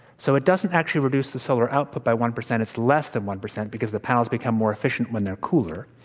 so, it doesn't actually reduce the solar output by one percent it's less than one percent because the panels become more efficient when they're cooler.